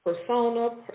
persona